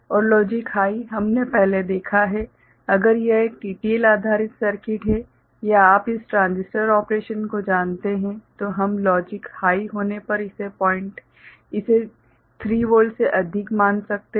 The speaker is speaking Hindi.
और लॉजिक हाइ हमने पहले देखा है अगर यह एक TTL आधारित सर्किट है या आप इस ट्रांजिस्टर ऑपरेशन को जानते हैं तो हम लॉजिक हाइ होने पर इसे 3 वोल्ट से अधिक मान सकते हैं